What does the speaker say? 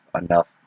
enough